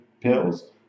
pills